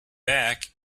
back